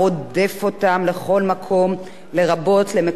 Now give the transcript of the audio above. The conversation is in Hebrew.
לרבות מקומות עבודה פוטנציאליים.